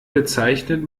bezeichnet